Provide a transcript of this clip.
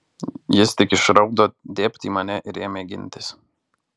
jis tik išraudo dėbt į mane ir ėmė gintis